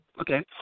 Okay